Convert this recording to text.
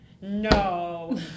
no